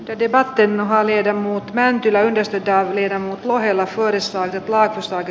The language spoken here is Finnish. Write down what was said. teiden varteen nauhalle ja muut mäntylä yhdistetään liedon ohella forssaan laatusuhde